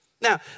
Now